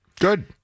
Good